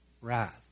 wrath